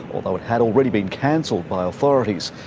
although it had already been cancelled by authorities.